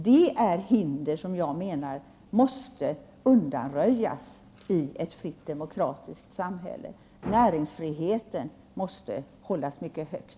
Det är hinder som jag menar måste undanröjas i ett fritt demokratiskt samhälle. Näringsfriheten måste hållas mycket högt.